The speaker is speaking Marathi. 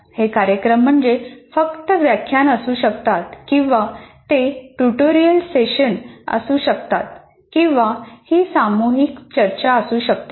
हे कार्यक्रम म्हणजे फक्त व्याख्यान असू शकतात किंवा ते ट्यूटोरियल सेशन असू शकते किंवा ही सामूहिक चर्चा असू शकते